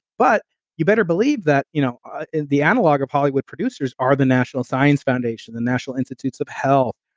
but you better believe that you know the analog of hollywood producers are the national science foundation, the national institutes of health,